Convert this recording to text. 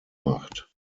macht